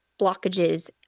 blockages